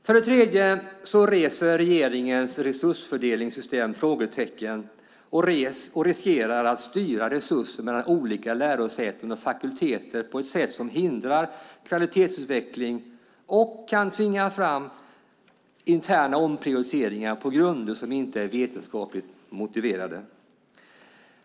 För det tredje väcker regeringens resursfördelningssystem frågor och riskerar att styra resurser mellan olika lärosäten och fakulteter på ett sätt som hindrar kvalitetsutveckling och kan tvinga fram interna omprioriteringar på grunder som inte är vetenskapligt motiverade.